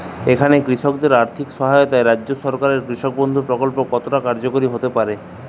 এখানে কৃষকদের আর্থিক সহায়তায় রাজ্য সরকারের কৃষক বন্ধু প্রক্ল্প কতটা কার্যকরী হতে পারে?